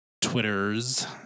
Twitters